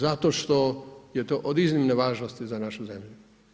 Zato što je to od iznimne važnosti za našu zemlju.